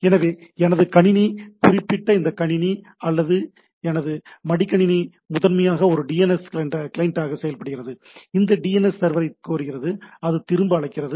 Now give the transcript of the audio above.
எனவே எனது கணினி குறிப்பிட்ட இந்த கணினி அல்லது எனது மடிக்கணினி முதன்மையாக ஒரு டிஎன்எஸ் கிளையண்ட்டாக செயல்படுகிறது இது டிஎன்எஸ் சர்வரை கோருகிறது அது திரும்ப அழைக்கிறது